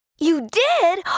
you did?